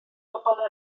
bobl